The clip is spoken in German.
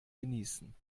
genießen